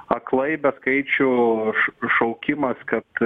aklai be skaičių šaukimas kad